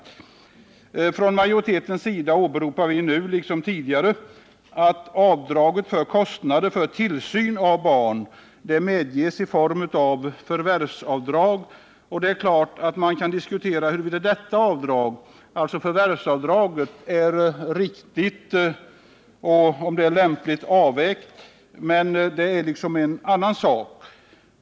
Från majoritetens sida åberopas nu, liksom tidigare, att avdraget för kostnader för tillsyn av barn medges i form av förvärvsavdrag. Det är klart att man kan diskutera huruvida förvärvsavdraget är lämpligt avvägt, men det är liksom en annan sak.